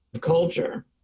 culture